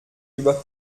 über